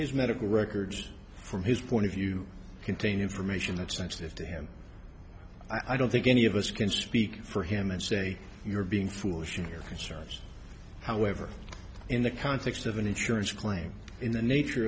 his medical records from his point of view contain information that sensitive to him i don't think any of us can speak for him and say you're being foolish in your concerns however in the context of an insurance claim in the nature